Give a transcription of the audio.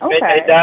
Okay